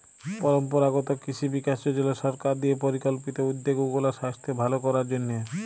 পরম্পরাগত কিসি বিকাস যজলা সরকার দিঁয়ে পরিকল্পিত উদ্যগ উগলার সাইস্থ্য ভাল করার জ্যনহে